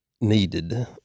needed